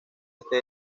este